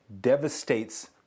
devastates